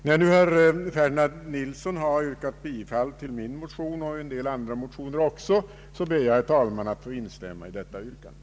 När nu herr Ferdinand Nilsson har yrkat bifall till min och en del andra motioner ber jag, herr talman, att få instämma i detta yrkande.